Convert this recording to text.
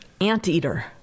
Anteater